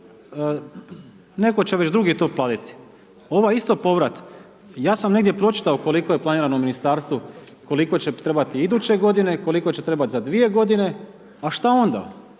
netko će već drugi to platiti. Ovaj isto povrat ja sam negdje pročitao koliko je planirano ministarstvu koliko će trebati iduće godine, koliko će trebati za 2 godine, a što onda?